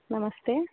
नमस्ते